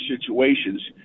situations